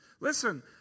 Listen